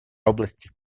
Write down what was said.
области